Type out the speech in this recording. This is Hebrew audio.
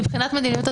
מבחינת מדיניות,